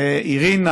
אירינה,